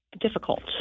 difficult